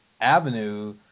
avenue